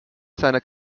seiner